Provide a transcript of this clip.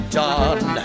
done